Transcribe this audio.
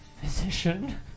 physician